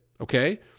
okay